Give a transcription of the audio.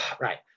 right